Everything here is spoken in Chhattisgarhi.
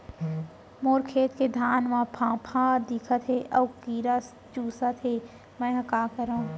मोर खेत के धान मा फ़ांफां दिखत हे अऊ कीरा चुसत हे मैं का करंव?